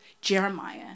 Jeremiah